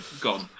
gone